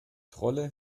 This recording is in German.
trolle